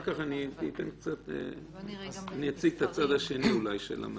אני אציג את הצד השני של המטבע.